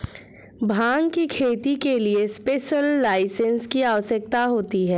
भांग की खेती के लिए स्पेशल लाइसेंस की आवश्यकता होती है